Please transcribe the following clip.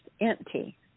empty